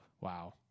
Wow